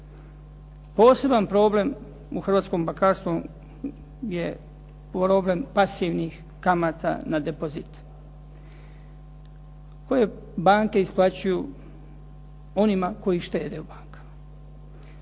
Poseban problem u hrvatskom bankarstvu je problem pasivnih kamata na depozit koje banke isplaćuju onima koji štete u bankama.